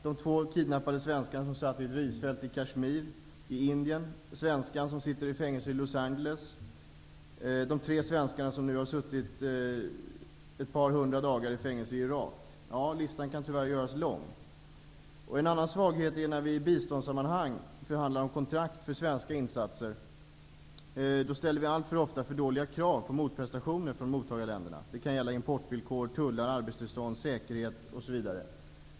De två kidnappade svenskarna som satt i ett risfält i Kashmir i Indien. Svenskan som sitter i fängelse i Los Angeles. De tre svenskarna som nu har suttit ett par hundra dagar i fängelse i Irak. Ja, listan kan tyvärr göras lång. En annan svaghet är när vi i biståndssammanhang förhandlar om kontrakt för svenska insatser. Vi ställer alltför ofta för små krav på motprestationer från mottagarländerna. Det kan gälla importvillkor, tullar arbetstillstånd, säkerhet, osv.